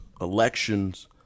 elections